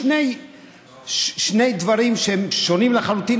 אלה שני דברים שהם שונים לחלוטין,